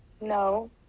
No